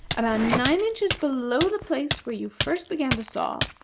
about nine inches below the place where you first began to saw,